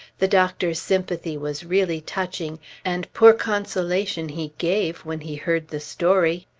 the doctor's sympathy was really touching, and poor consolation he gave when he heard the story.